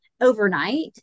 overnight